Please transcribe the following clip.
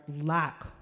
lack